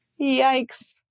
Yikes